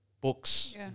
Books